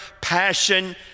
passion